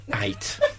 eight